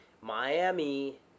Miami